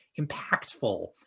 impactful